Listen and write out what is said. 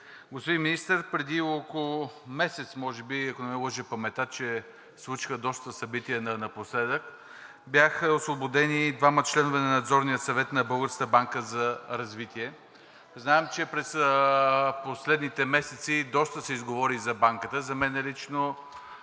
Господин Министър, преди около месец, ако не ме лъже паметта, че се случиха доста събития напоследък, бяха освободени двама членове на Надзорния съвет на Българската банка за развитие. Знаем, че през последните месеци доста се изговори за Банката. За мен лично,